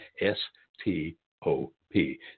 S-T-O-P